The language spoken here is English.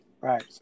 right